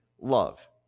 love